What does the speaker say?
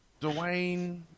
Dwayne